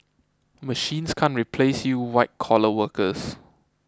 machines can't replace you white collar workers